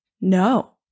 no